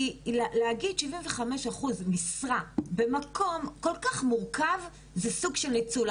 להגיד 75% משרה במקום כל כך מורכב זה סוג של ניצול.